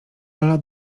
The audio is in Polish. ala